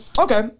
Okay